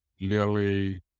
Lily